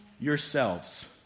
yourselves